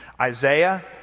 Isaiah